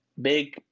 Big